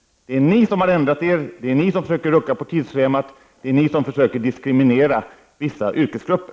Det är socialdemokraterna som har ändrat sig, det är socialdemokraterna som försöker rucka på tidsschemat, och det är socialdemokraterna som försöker diskriminera vissa yrkesgrupper.